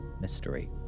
mystery